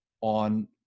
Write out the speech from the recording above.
on